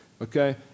Okay